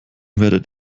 werdet